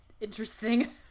interesting